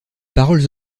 paroles